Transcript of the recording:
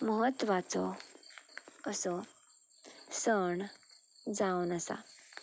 म्हत्वाचो असो सण जावन आसा